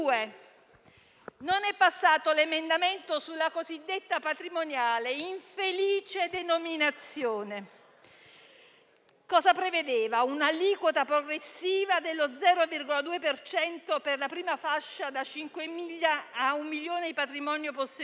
non è passato l'emendamento sulla cosiddetta patrimoniale, infelice denominazione. Essa prevedeva un'aliquota progressiva dello 0,2 per cento per la prima fascia da 500.000 ad un milione di euro di patrimonio posseduto,